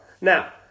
Now